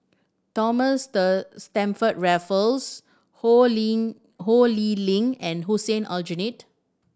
Thomas Stamford Raffles Ho Ling Ho Lee Ling and Hussein Aljunied